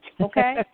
Okay